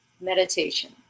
meditation